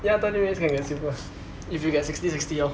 ya thirteen minutes can get silver if you get sixty sixty lor